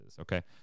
okay